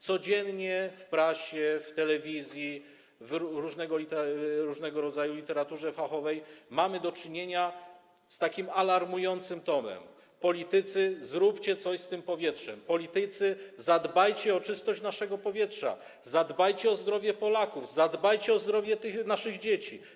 Codziennie w prasie, w telewizji, w różnego rodzaju literaturze fachowej mamy do czynienia z takim alarmującym tonem: politycy, zróbcie coś z tym powietrzem, politycy, zadbajcie o czystość naszego powietrza, zadbajcie o zdrowie Polaków, zadbajcie o zdrowie naszych dzieci.